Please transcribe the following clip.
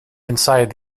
inside